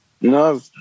No